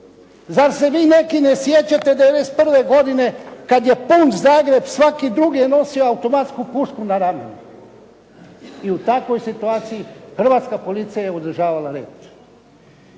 Zar se vi neki ne sjećate '91. godine kad je pun Zagreb svaki drugi je nosio automatsku pušku na ramenu. I u takvoj situaciji Hrvatska policija je održavala red.